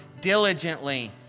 diligently